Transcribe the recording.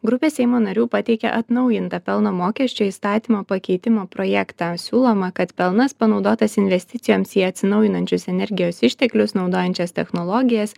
grupė seimo narių pateikė atnaujintą pelno mokesčio įstatymo pakeitimo projektą siūloma kad pelnas panaudotas investicijoms į atsinaujinančius energijos išteklius naudojančias technologijas